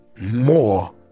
more